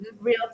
real